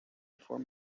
before